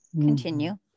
continue